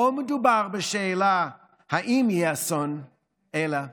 לא מדובר בשאלה אם יהיה אסון אלא מתי.